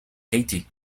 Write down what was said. kathy